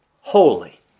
holy